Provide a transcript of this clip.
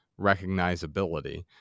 recognizability